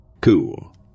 Cool